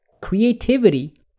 creativity